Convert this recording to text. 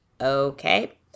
Okay